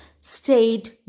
stayed